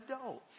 adults